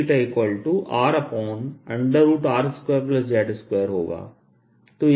2 देता है तथा cos RR2z2 होगा